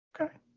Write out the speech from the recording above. okay